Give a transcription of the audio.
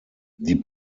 die